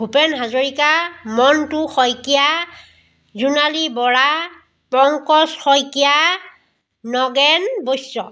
Bhupen Hazarika Montu Saikia Jonali Bora Pankaj Saikia Nagen Baishya